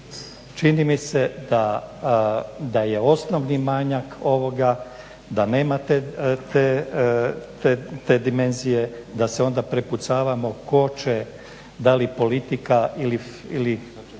Čini mi se da je osnovni manjak ovoga, da nemate te dimenzije, da se onda prepucavamo tko će, da li politika, ili